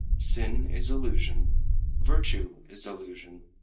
sin is illusion virtue is illusion,